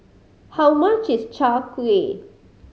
how much is Chai Kueh